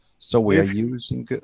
so we are using